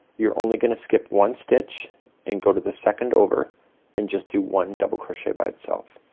you're only gonna skip one stitch and go to the second over and just do one double crochet by itself